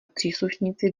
příslušníci